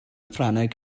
ffrangeg